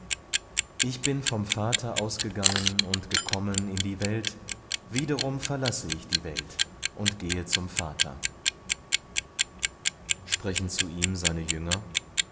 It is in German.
ich bin vom vater ausgegangen und gekommen in die welt wiederum verlasse ich die welt und gehe zum vater sprechen zu ihm seine jünger